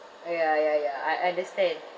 ah ya ya ya I understand